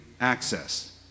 access